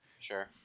Sure